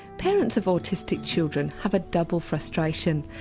parents of autistic children have a double frustration,